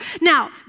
Now